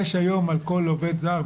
היום על כל עובד זר,